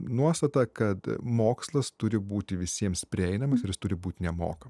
nuostata kad mokslas turi būti visiems prieinamas ir jis turi būti nemokam